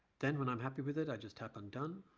then when i'm happy with it i just happen done